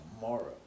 tomorrow